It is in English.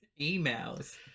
emails